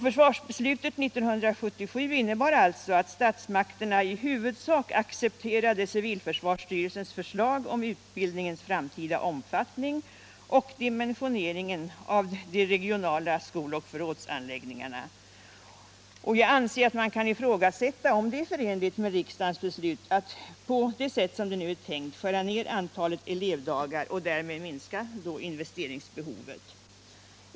Försvarsbeslutet 1977 innebar alltså att statsmakterna i huvudsak accepterade civilförsvarsstyrelsens förslag om utbildningens framtida omfattning och dimensioneringen av de regionala skoloch förrådsanläggningarna. Jag anser att man kan ifrågasätta om det är förenligt med riksdagens beslut att på det sätt som det är tänkt skära ned antalet elevdagar och därmed minska investeringsbehovet.